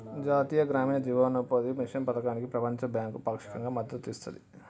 జాతీయ గ్రామీణ జీవనోపాధి మిషన్ పథకానికి ప్రపంచ బ్యాంకు పాక్షికంగా మద్దతు ఇస్తది